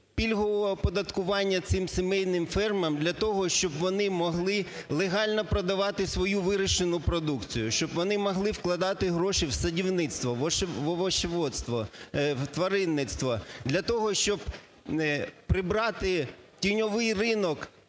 пільгового оподаткування цим сімейним фермам для того, щоб вони могли легально продавати свою вирощену продукцію, щоб вони могли вкладати гроші в садівництво, в овощеводство, в тваринництво, для того, щоб прибрати тіньовий ринок